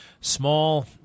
small